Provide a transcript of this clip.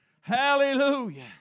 Hallelujah